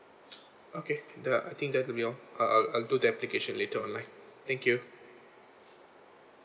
okay the I think that will be all I'll I'll I'll do that application online thank you